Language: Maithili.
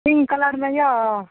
पिन्क कलरमे यऽ